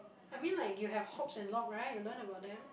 I mean like you have hops and log right you learn about them